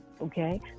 Okay